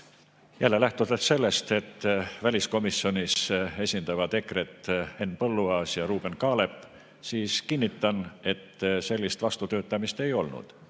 Jälle, lähtudes sellest, et väliskomisjonis esindavad EKRE-t Henn Põlluaas ja Ruuben Kaalep, kinnitan, et sellist vastutöötamist ei olnud.